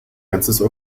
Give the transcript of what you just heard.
ganzes